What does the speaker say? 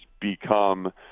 become